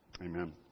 Amen